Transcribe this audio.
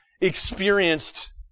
experienced